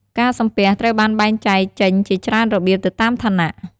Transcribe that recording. ការសំពះ ត្រូវបានបែងចែងចេញជាច្រើនរបៀបទៅតាមឋានៈ។